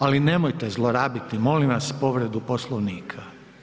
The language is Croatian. Ali nemojte zlorabiti, molim vas, povredu Poslovnika.